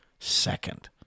second